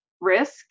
risk